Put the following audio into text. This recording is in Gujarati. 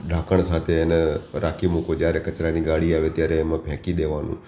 ઢાંકણ સાથે એને રાખી મૂકો જ્યારે કચરાની ગાડી આવે ત્યારે એમાં ફેંકી દેવાનું